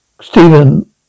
Stephen